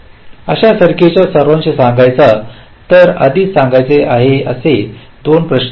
अशा सर्किटचे सारांश सांगायचे तर हे आधीच सांगायचे आहे असे 2 प्रश्न आहेत